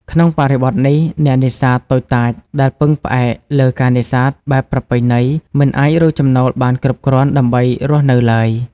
ក្នុងបរិបទនេះ អ្នកនេសាទតូចតាចដែលពឹងផ្អែកលើការនេសាទបែបប្រពៃណី មិនអាចរកចំណូលបានគ្រប់គ្រាន់ដើម្បីរស់នៅឡើយ។